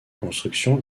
construction